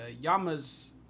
Yama's